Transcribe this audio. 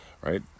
Right